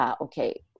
okay